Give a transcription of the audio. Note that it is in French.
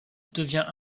devient